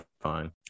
fine